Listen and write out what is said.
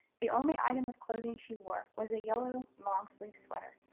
the only item of clothing she wore was a yellow, long sleeved sweater.